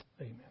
Amen